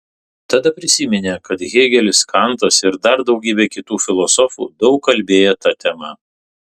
tada prisiminė kad hėgelis kantas ir dar daugybė kitų filosofų daug kalbėję ta tema